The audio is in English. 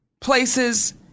places